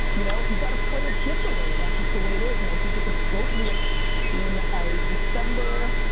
you know? you gotta play it differently and that's just the way it is and i think it's appropriate in a december